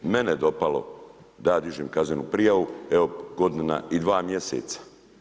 Mene je dopalo da ja dižem kaznenu prijavu, evo godina i dva mjeseca.